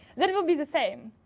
that will be the same.